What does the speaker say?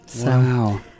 Wow